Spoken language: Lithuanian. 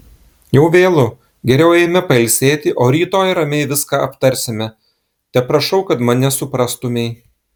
jau vėlu geriau eime pailsėti o rytoj ramiai viską aptarsime teprašau kad mane suprastumei